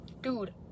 Dude